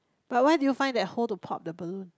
but where do you find that hole to pop the balloon